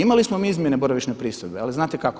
Imali smo mi izmjene boravišne pristojbe, ali znate kako?